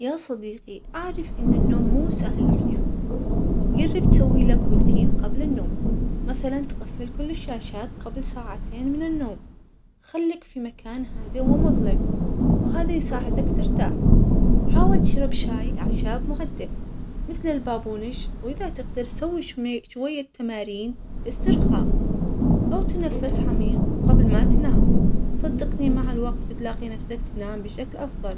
يا صديقي اعرف ان النوم مو سهل احيانا جرب تسوي لك روتين قبل النوم مثلا تفصل كل الشاشات قبل ساعتين من النوم خلك في مكان هادئ ومظلم وهذا يساعدك ترتاح حاول تشرب شاي اعشاب مهدأ مثل البابونج شوية تمارين استرخاء او تنفس عميق قبل ما تنام صدقني مع الوقت بتلاقي نفسك تنام بشكل افضل.